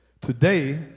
Today